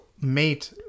mate